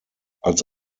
als